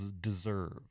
deserve